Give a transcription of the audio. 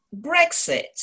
Brexit